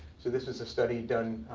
so this is a study done